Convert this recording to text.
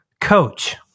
Coach